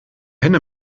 henne